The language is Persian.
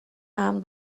امن